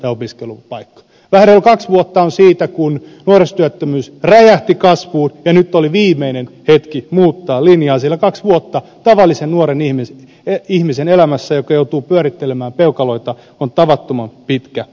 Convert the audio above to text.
vähän reilut kaksi vuotta on siitä kun nuorisotyöttömyys räjähti kasvuun ja nyt oli viimeinen hetki muuttaa linjaa sillä kaksi vuotta sellaisen tavallisen nuoren ihmisen elämässä joka joutuu pyörittelemään peukaloitaan on tavattoman pitkä aika